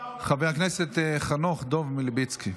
חבר הכנסת חנוך דב מלביצקי.